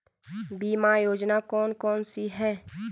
बीमा योजना कौन कौनसी हैं?